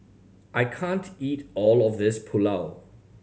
I can't eat all of this Pulao